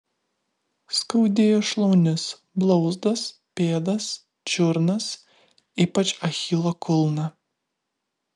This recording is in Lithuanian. skaudėjo šlaunis blauzdas pėdas čiurnas ypač achilo kulną